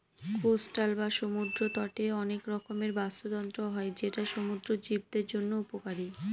coastal বা সমুদ্র তটে অনেক রকমের বাস্তুতন্ত্র হয় যেটা সমুদ্র জীবদের জন্য উপকারী